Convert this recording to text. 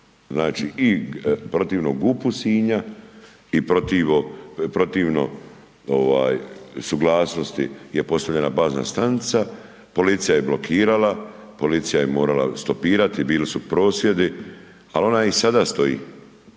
znači i protivno GUP-u Sinja i protivno ovaj suglasnosti gdje je postavljena bazna stanica, policija je blokirala, policija je morala stopirati, bili su prosvjedi, al ona i sada stoji